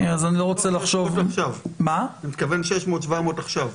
אז אני לא רוצה לחשוב --- אתה מתכוון 600 700 עכשיו.